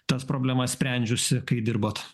tas problemas sprendžiusi kai dirbot